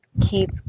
keep